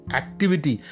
activity